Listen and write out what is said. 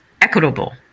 equitable